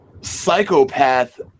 psychopath